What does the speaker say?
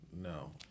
No